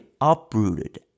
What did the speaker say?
uprooted